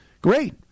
Great